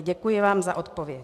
Děkuji vám za odpověď.